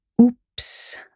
Oops